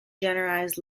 generalized